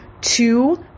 two